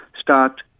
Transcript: start